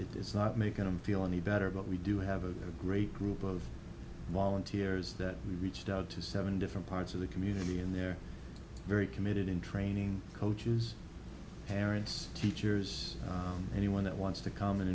does not make him feel any better but we do have a great group of volunteers that we reached out to seven different parts of the community and they're very committed in training coaches herons teachers anyone that wants to come and